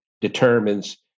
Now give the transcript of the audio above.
determines